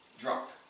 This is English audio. drunk